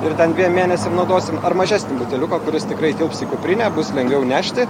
ir ten dviem mėnesiam naudosim ar mažesnį buteliuką kuris tikrai tilps į kuprinę bus lengviau nešti